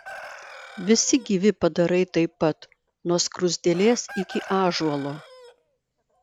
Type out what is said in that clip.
visi gyvi padarai taip pat nuo skruzdėlės iki ąžuolo